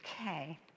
Okay